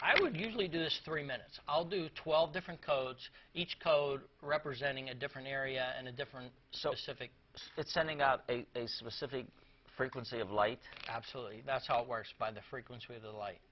i would usually do this three minutes i'll do twelve different codes each code representing a different area and a different so civic sending out a specific frequency of light absolutely that's how it works by the frequency of the light